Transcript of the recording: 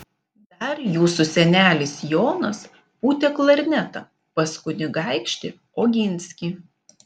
dar jūsų senelis jonas pūtė klarnetą pas kunigaikštį oginskį